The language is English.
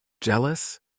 Jealous